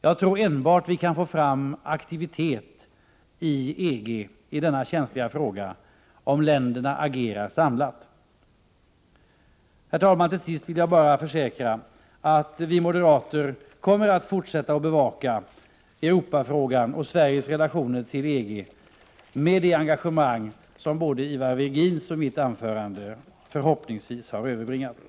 Jag tror att vi kan få aktivitet i EG i denna känsliga fråga enbart om länderna agerar samlat. Herr talman! Till sist vill jag bara försäkra att vi moderater kommer att fortsätta att bevaka Europafrågan och Sveriges relationer till EG med det engagemang som både Ivar Virgins och mitt anförande förhoppningsvis har gett uttryck för.